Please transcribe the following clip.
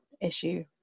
issue